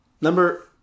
Number